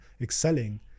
excelling